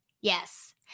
Yes